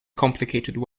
complicated